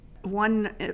One